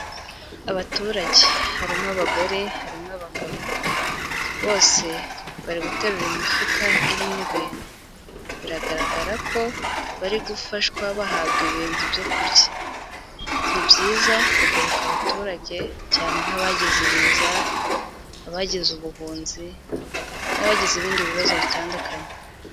Abaturage, harimo abagore, harimo abagabo, bose bari guterura imifuka irimo ibintu, biragaragara ko bari gufashwa bahabwa ibintu byo kurya. Nbyiza kugoboka abaturage cyane nk'abagize ibiza, abagize ubuhunzi n'abagize ibindi bibazo bitandukanye.